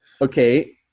okay